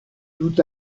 tout